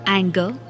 anger